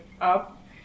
up